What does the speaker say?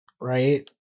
right